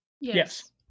Yes